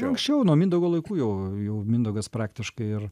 anksčiau nuo mindaugo laikų jau jau mindaugas praktiškai ir